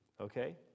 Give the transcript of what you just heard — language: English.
okay